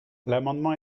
l’amendement